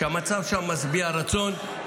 שהמצב שם משביע רצון,